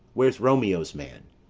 where's romeo's man?